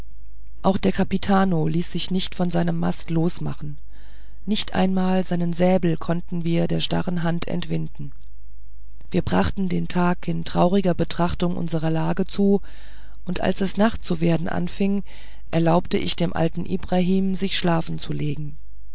auch der kapitano ließ sich nicht von seinem mast losmachen nicht einmal seinen säbel konnten wir der starren hand entwinden wir brachten den tag in trauriger betrachtung unserer lage zu und als es nacht zu werden anfing erlaubt ich dem alten ibrahim sich schlafen zu legen